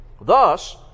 Thus